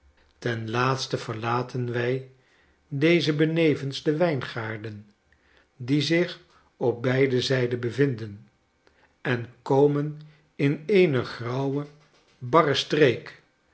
ten laatste verlaten wij deze benevens de wijngaarden die zich op beide zijden bevinden en komen in eene grauwe barre streek